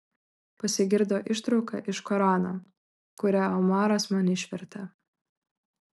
pasigirdo ištrauka iš korano kurią omaras man išvertė